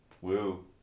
Woo